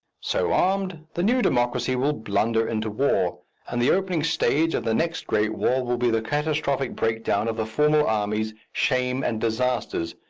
so armed, the new democracy will blunder into war and the opening stage of the next great war will be the catastrophic breakdown of the formal armies, shame and disasters,